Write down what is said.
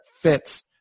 fits